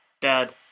Dad